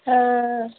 ஆ ஆ